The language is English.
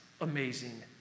amazing